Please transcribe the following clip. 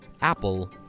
Apple